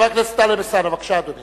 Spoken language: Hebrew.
חבר הכנסת טלב אלסאנע, בבקשה, אדוני.